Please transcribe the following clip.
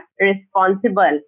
responsible